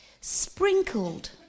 sprinkled